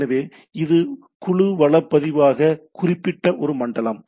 எனவே இது குழு வள பதிவாக குறிப்பிட்ட ஒரு மண்டலம்